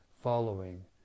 following